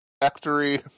factory